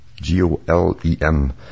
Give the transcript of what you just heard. g-o-l-e-m